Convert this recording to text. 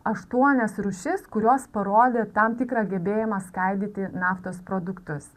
aštuonias rūšis kurios parodė tam tikrą gebėjimą skaidyti naftos produktus